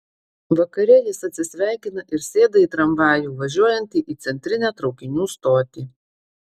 vakare jis atsisveikina ir sėda į tramvajų važiuojantį į centrinę traukinių stotį